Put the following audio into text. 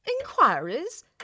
Inquiries